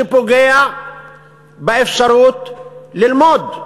שפוגע באפשרות ללמוד,